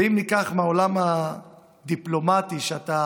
ואם ניקח מהעולם הדיפלומטי, שאתה